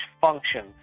functions